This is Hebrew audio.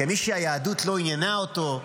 כמי שהיהדות לא עניינה אותו,